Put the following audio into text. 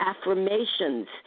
Affirmations